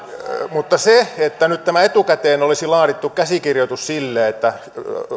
mutta se että etukäteen olisi laadittu käsikirjoitus sille että